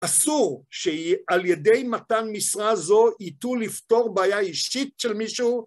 אסור שעל ידי מתן משרה זו יטו לפתור בעיה אישית של מישהו.